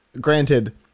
granted